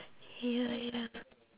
ya ya